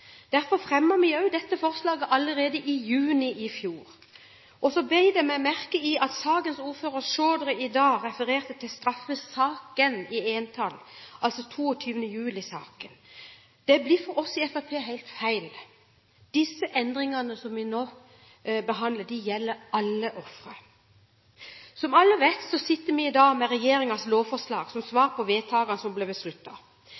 Derfor fremmet vi også dette forslaget allerede i juni fjor. Så bet jeg meg merke i at sakens ordfører, Chaudhry, i dag refererte til straffesaken i entall, altså 22. juli-saken. Det blir for oss i Fremskrittspartiet helt feil. De endringene som vi nå behandler, gjelder alle ofre. Som alle vet, sitter vi i dag med regjeringens lovforslag som